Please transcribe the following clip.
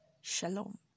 Shalom